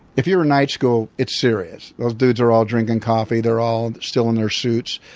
if you're in night school, it's serious. those dudes are all drinking coffee, they're all still in their suits.